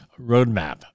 roadmap